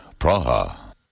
Praha